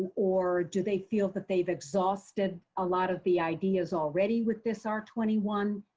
or do they feel that they've exhausted a lot of the ideas already with this r twenty one